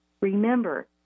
Remember